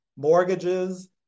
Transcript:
mortgages